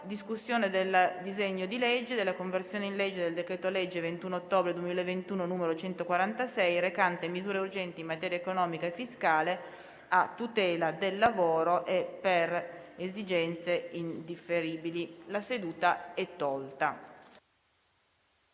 in ordine al disegno di legge "Conversione in legge del decreto-legge 21 ottobre 2021, n. 146, recante misure urgenti in materia economica e fiscale, a tutela del lavoro e per esigenze indifferibili" (2426). Il